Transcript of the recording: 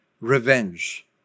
revenge